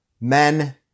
men